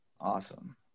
Awesome